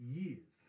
years